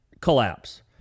collapse